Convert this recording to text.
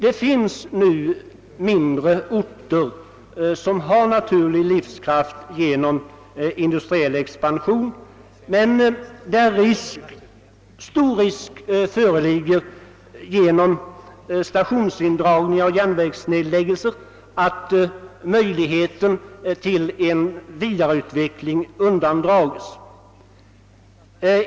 Det finns mindre orter som har naturlig livskraft genom industriell expansion men där stor risk föreligger att genom stationsindragningar och järnvägsnedläggningar möjligheterna till vidare utveckling undandrages.